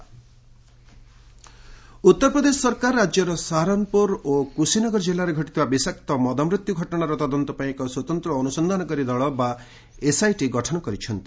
UP SIT Uttar Pradesh ସରକାର ରାଜ୍ୟର ସାହାରନ୍ପୁର ଓ କୁଶିନଗର ଜିଲ୍ଲାରେ ଘଟିଥିବା ବିଷାକ୍ତ ମଦମୃତ୍ୟୁ ଘଟଣାର ତଦନ୍ତ ପାଇଁ ଏକ ସ୍ୱତନ୍ତ୍ର ଅନୁସନ୍ଧାନକାରୀ ଦଳ ବା ଏସ୍ଆଇଟି ଗଠନ କରିଛନ୍ତି